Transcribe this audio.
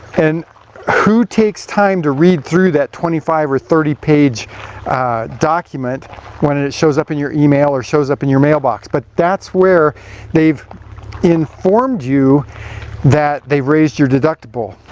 and who takes time to read through that twenty five or thirty page document when it it shows up in your email or shows up in your mailbox? but that's where they've informed you that they've raised your deductible.